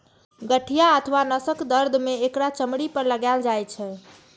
गठिया अथवा नसक दर्द मे एकरा चमड़ी पर लगाएल जाइ छै